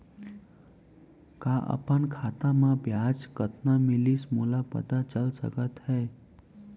का अपन खाता म ब्याज कतना मिलिस मोला पता चल सकता है?